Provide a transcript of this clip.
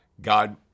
God